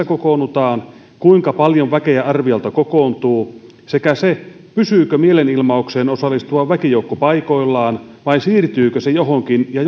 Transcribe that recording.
kokoonnutaan kuinka paljon väkeä arviolta kokoontuu sekä se pysyykö mielenilmaukseen osallistuva väkijoukko paikoillaan vai siirtyykö se johonkin ja